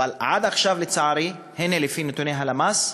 אבל עד עכשיו, לצערי, הנה, לפי נתוני הלמ"ס,